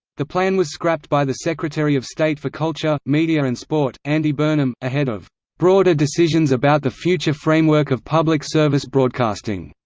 the plan was scrapped by the secretary of state for culture, media and sport, andy burnham, ahead of broader decisions about the future framework of public service broadcasting.